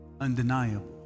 undeniable